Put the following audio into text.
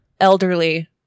elderly